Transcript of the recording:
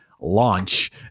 launch